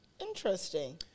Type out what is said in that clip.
Interesting